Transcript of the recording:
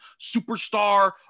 superstar